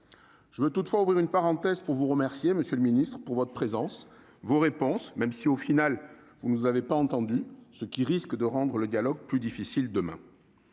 Je veux toutefois ouvrir une parenthèse pour vous remercier, monsieur le ministre, de votre présence et de vos réponses, même si vous ne nous avez finalement pas entendus, ce qui risque de rendre le dialogue plus difficile demain.